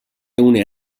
une